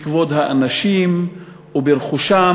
בכבוד האנשים וברכושם.